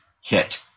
hit